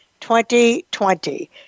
2020